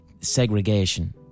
Segregation